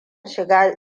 shiga